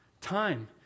time